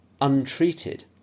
untreated